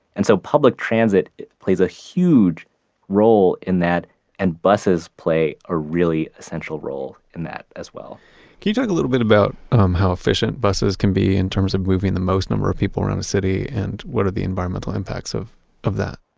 and so public transit plays a huge role in that and buses play a really essential role in that as well can you talk a little bit about um how efficient buses can be in terms of moving the most number of people around a city and what are the environmental impacts of of that?